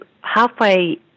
halfway